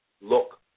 look